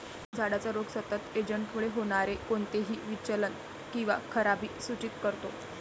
झाडाचा रोग सतत एजंटमुळे होणारे कोणतेही विचलन किंवा खराबी सूचित करतो